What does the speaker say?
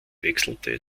wechselte